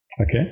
okay